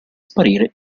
sparire